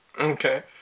Okay